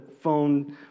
phone